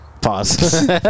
Pause